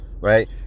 right